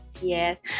Yes